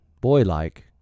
boy-like